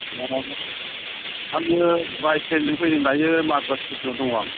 मा मा आङो बाय ट्रेनजों फैदों दायो माजबात स्टेसनाव दङ आं